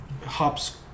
hops